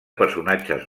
personatges